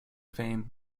fame